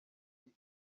ndi